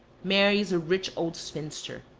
marries a rich old spinster!